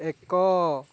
ଏକ